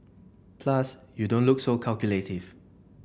plus you don't look so calculative